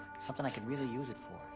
something i could really use it for.